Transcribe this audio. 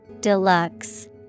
Deluxe